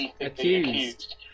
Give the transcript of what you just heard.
Accused